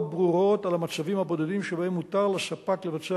ברורות על המצבים הבודדים שבהם מותר לספק לבצע